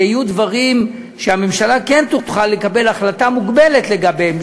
שיהיו דברים שהממשלה כן תוכל לקבל החלטה מוגבלת לגביהם,